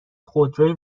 خودروی